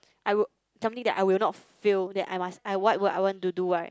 I would something that I will not fail that I must I what would I want to do right